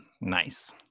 Nice